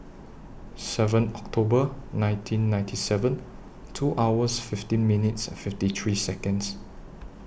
seven October nineteen ninety seven two hours fifteen minutes and fifty three Seconds